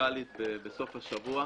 המנכ"לית בסוף השבוע,